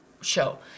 show